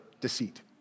deceit